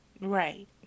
Right